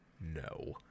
No